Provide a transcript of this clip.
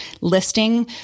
listing